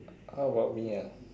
how about me ah